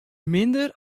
minder